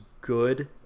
good